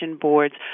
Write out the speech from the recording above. boards